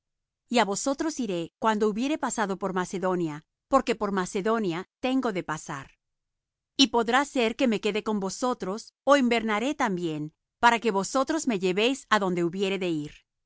á vosotros iré cuando hubiere pasado por macedonia porque por macedonia tengo de pasar y podrá ser que me quede con vosotros ó invernaré también para que vosotros me llevéis á donde hubiere de ir